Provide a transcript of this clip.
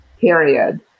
period